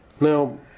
Now